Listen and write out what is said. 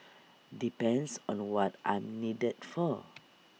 depends on what I'm needed for